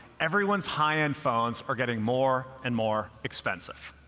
everyone's high-end phones are getting more and more expensive.